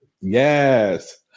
Yes